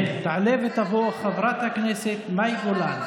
תעלה ותבוא חברת הכנסת מאי גולן.